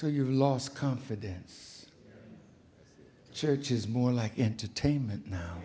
so you've lost confidence church is more like entertainment now